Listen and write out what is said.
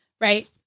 Right